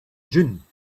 dune